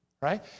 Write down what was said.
right